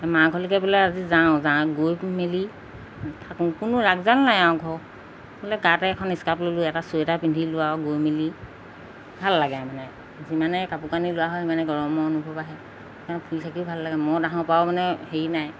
মা ঘৰলৈকে বোলে আজি যাওঁ যাওঁ গৈ মেলি থাকো কোনো ৰাগজাল নাই আৰু ঘৰ বোলে গাতে এখন স্কাৰ্ফ ল'লোঁ এটা ছুৱেটাৰ পিন্ধিলোঁ আৰু গৈ মেলি ভাল লাগে মানে যিমানে কাপোৰ কানি লোৱা হয় সিমানে গৰমৰ অনুভৱ আহে সেইকাৰণে ফুলি চাকিও ভাল লাগে মই ডাঙৰ পৰাও মানে হেৰি নাই